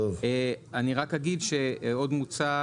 עוד מוצע,